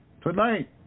tonight